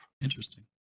Interesting